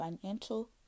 financial